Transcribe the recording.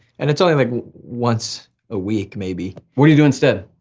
and it's only like once a week, maybe. what do you do instead?